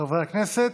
חברי הכנסת.